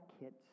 kids